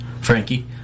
Frankie